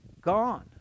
Gone